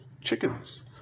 chickens